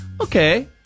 Okay